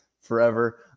forever